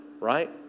right